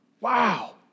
Wow